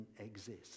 exist